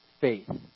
faith